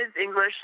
English